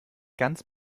ganz